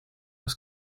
was